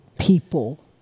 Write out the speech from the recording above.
people